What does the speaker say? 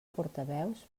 portaveus